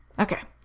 Okay